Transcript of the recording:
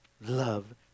love